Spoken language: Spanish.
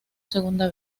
segunda